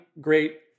great